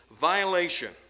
violation